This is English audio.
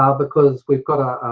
um because we've got a